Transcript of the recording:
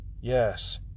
Yes